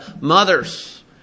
mothers